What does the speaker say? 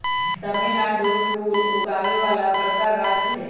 तमिलनाडु फूल उगावे वाला बड़का राज्य हई